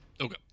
okay